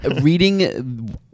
reading